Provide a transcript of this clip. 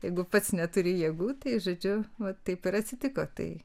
jeigu pats neturi jėgų tai žodžiu va taip ir atsitiko tai